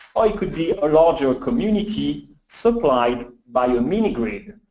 or it could be a larger community supplied by a mini-grid.